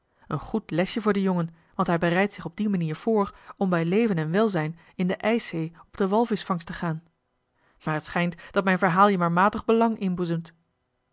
een goed lesje voor den jongen want hij bereidt zich op die manier voor om bij leven en welzijn in de ijszee op de walvischvangst te gaan maar het schijnt dat mijn verhaal je maar matig belang